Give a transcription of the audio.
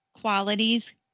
qualities